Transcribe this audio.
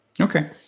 Okay